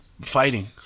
fighting